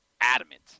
adamant